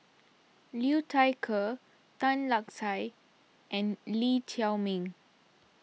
Liu Thai Ker Tan Lark Sye and Lee Chiaw Meng